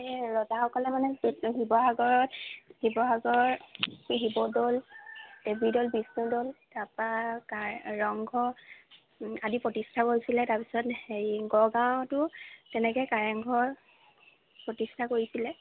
এই ৰজাসকলে মানে শিৱসাগৰত শিৱসাগৰ শিৱদৌল দেৱী দৌল বিষ্ণু দৌল তাৰপৰা ৰংঘৰ আদি প্ৰতিষ্ঠা কৰিছিলে তাৰপিছত হেৰি গড়গাঁৱতো তেনেকৈ কাৰেংঘৰ প্ৰতিষ্ঠা কৰিছিলে